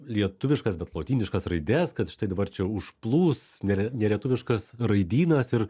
lietuviškas bet lotyniškas raides kad štai dabar čia užplūs nere nelietuviškas raidynas ir